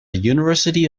university